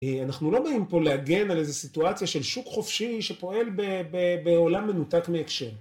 אה, אנחנו לא באים פה להגן על איזו סיטואציה של שוק חופשי שפועל ב ב בעולם מנותק מהקשר.